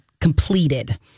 completed